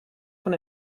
von